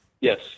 Yes